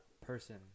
person